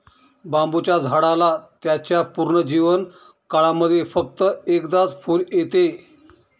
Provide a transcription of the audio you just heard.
बांबुच्या झाडाला त्याच्या पूर्ण जीवन काळामध्ये फक्त एकदाच फुल येत